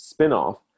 spinoff